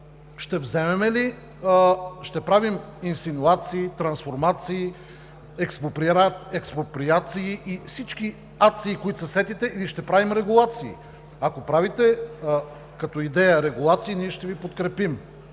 ще правим инсинуации, трансформации, експроприации и всички -ации, за които се сетите, или ще правим регулации? Ако правите като идея регулации, ние ще Ви подкрепим.